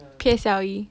P_S_L_E